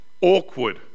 awkward